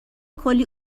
کلی